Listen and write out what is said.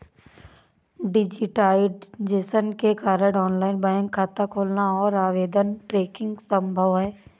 digitisation के कारण online bank खाता खोलना और आवेदन ट्रैकिंग संभव हैं